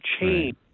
change